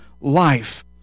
life